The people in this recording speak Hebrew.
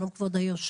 שלום, כבוד היו"ר.